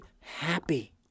happy